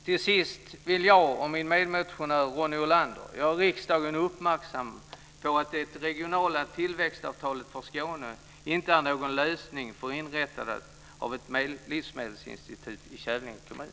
Till sist vill jag och min medmotionär Ronny Olander göra riksdagen uppmärksam på att det regionala tillväxtavtalet för Skåne inte är någon lösning när det gäller inrättandet av ett livsmedelsinstitut i Kävlinge kommun.